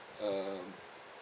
um